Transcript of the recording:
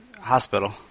hospital